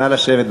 נא לשבת.